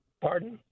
Pardon